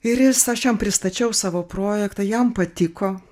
ir jis aš jam pristačiau savo projektą jam patiko